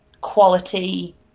quality